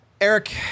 Eric